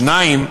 דבר שני,